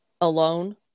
alone